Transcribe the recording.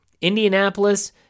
Indianapolis